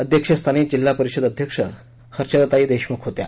अध्यक्षस्थानी जिल्हा परिषद अध्यक्ष हर्षदाताई देशमुख होत्या